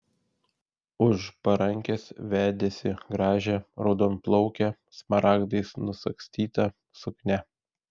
už parankės vedėsi gražią raudonplaukę smaragdais nusagstyta suknia